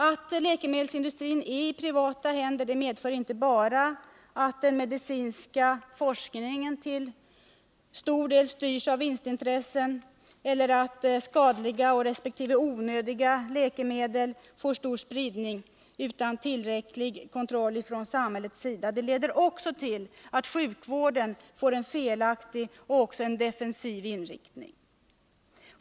Att läkemedelsindustrin är i privata händer medför inte bara att den medicinska forskningen till stor del styrs av vinstintressen eller att skadliga resp. onödiga läkemedel får stor spridning utan tillräcklig kontroll från samhällets sida. Det leder också till att sjukvården får en felaktig och defensiv inriktning.